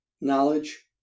knowledge